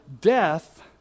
Death